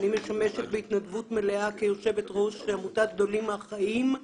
אני משמשת בהתנדבות מלאה כיושבת-ראש עמותת "גדולים מהחיים".